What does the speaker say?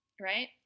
right